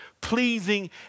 pleasing